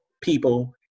people